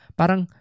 parang